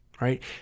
right